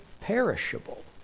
perishable